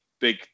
big